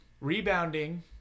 Rebounding